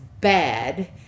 bad